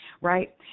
right